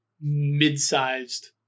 mid-sized